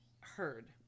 heard